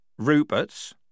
Ruperts